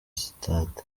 sitade